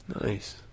Nice